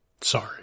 Sorry